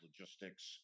Logistics